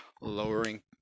lowering